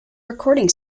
recording